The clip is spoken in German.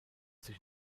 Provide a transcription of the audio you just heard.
sich